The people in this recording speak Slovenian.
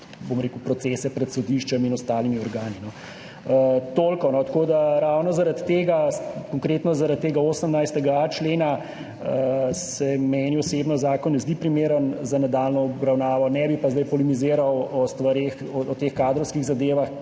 nadaljnje procese pred sodiščem in ostalimi organi. Toliko, no. Ravno zaradi tega, konkretno zaradi tega 18.a člena se, meni osebno, zakon ne zdi primeren za nadaljnjo obravnavo. Ne bi pa zdaj polemiziral o stvareh, o teh kadrovskih zadevah,